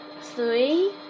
Three